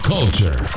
Culture